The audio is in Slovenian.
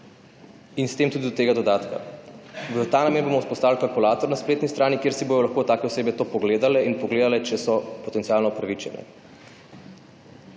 in s tem tudi do tega dodatka. V ta namen bomo vzpostavili kalkulator na spletni strani, kjer si bojo lahko take osebe to pogledale in pogledale, če so potencialno upravičene.